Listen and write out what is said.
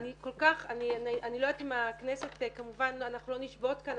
ואני כל כך אני לא יודעת אם הכנסת כמובן אנחנו לא נשבות כאן,